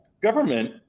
government